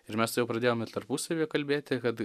ir mes jau pradėjom ir tarpusavyje kalbėti kad